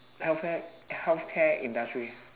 healthcare healthcare industry